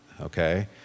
okay